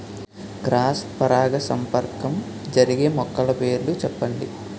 Cross పరాగసంపర్కం జరిగే మొక్కల పేర్లు చెప్పండి?